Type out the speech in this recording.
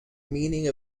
meaning